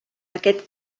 aquest